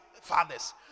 fathers